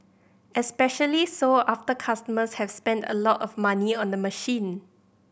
especially so after customers have spent a lot of money on the machine